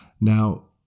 Now